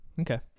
Okay